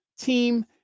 team